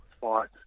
fight